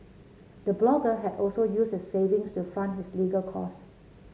the blogger had also used his saving to fund his legal cost